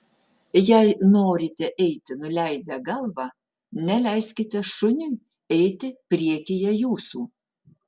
jei norite eiti nuleidę galvą neleiskite šuniui eiti priekyje jūsų